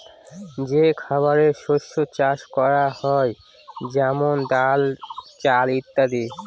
যে খাবারের শস্য চাষ করা হয় যেমন চাল, ডাল ইত্যাদি